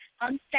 on